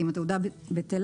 אם התעודה בטלה,